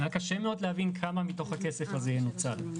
אז היה קשה מאוד להבין כמה מתוך הכסף הזה ינוצל.